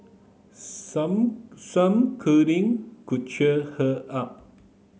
some some cuddling could cheer her up